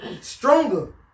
stronger